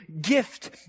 gift